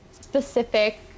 specific